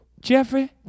Jeffrey